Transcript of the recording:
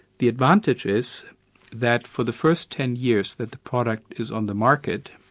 the advantage is that for the first ten years that the product is on the market,